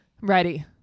Ready